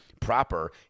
proper